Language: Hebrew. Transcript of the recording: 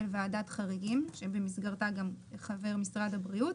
ועדת חריגים שבמסגרתה גם חבר משרד הבריאות,